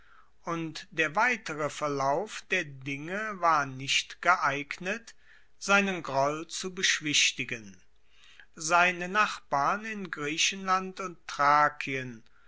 und der weitere verlauf der dinge war nicht geeignet seinen groll zu beschwichtigen seine nachbarn in griechenland und